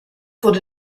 wurde